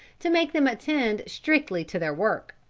to make them attend strictly to their work.